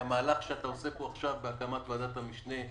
אנחנו בהמהלך שאתה עושה כאן בהקמת ועדת המשנה.